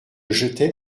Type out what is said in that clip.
jetai